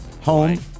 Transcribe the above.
home